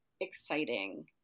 exciting